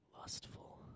Lustful